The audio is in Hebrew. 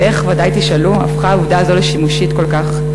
ואיך, ודאי תשאלו, הפכה עובדה זו לשימושית כל כך?